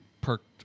perked